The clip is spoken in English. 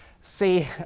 see